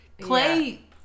Clay